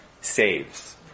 saves